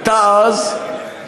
הייתה אז,